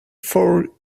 four